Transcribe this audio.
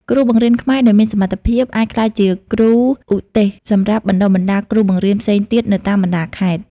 គ្រូបង្រៀនខ្មែរដែលមានសមត្ថភាពអាចក្លាយជាគ្រូឧទ្ទេសសម្រាប់បណ្តុះបណ្តាលគ្រូបង្រៀនផ្សេងទៀតនៅតាមបណ្តាខេត្ត។